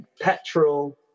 petrol